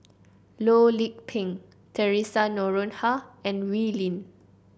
Loh Lik Peng Theresa Noronha and Wee Lin